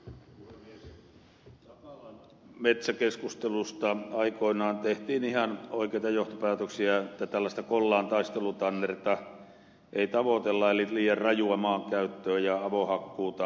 takalan metsäkeskustelusta aikoinaan tehtiin ihan oikeita johtopäätöksiä että tällaista kollaan taistelutannerta ei tavoitella eli liian rajua maankäyttöä ja avohakkuuta